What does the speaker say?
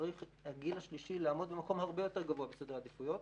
צריך הגיל השלישי לעמוד במקום הרבה יותר גבוה בסדר העדיפויות.